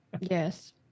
yes